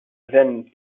veine